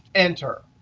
enter.